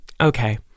Okay